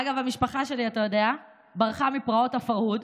אגב, המשפחה שלי, אתה יודע, ברחה מפרעות הפרהוד,